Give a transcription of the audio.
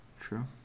true